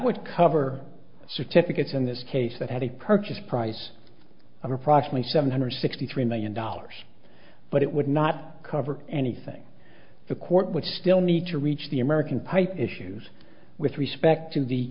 would cover certificates in this case that had a purchase price of approximately seven hundred sixty three million dollars but it would not cover anything the court would still need to reach the american pie issues with respect to the